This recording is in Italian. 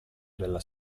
della